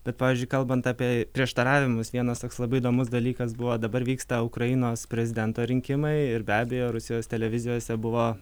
bet pavyzdžiui kalbant apie prieštaravimus vienas toks labai įdomus dalykas buvo dabar vyksta ukrainos prezidento rinkimai ir be abejo rusijos televizijose buvo